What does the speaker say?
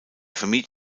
vermied